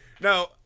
No